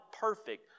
perfect